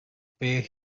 pay